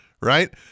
right